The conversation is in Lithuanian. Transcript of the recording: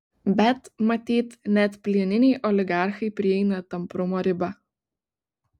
bet matyt net plieniniai oligarchai prieina tamprumo ribą